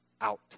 out